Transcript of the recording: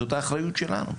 זאת האחריות שלנו.